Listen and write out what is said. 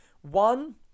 one